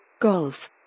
Golf